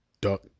duck